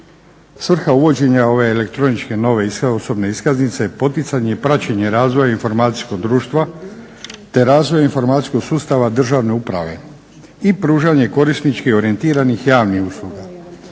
Svrha uvođenja ove elektroničke nove osobne iskaznice je poticanje i praćenje razvoja informacijskog društva, te razvoj informacijskog sustava državne uprave i pružanje korisnički orijentiranih javnih usluga.